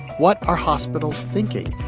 what are hospitals thinking?